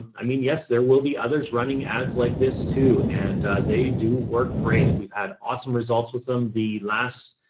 i mean, yes, there will be others running ads like this too. and, ah, they do work great. we've had awesome results with them. the last,